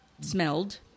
smelled